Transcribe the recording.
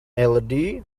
led